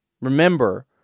Remember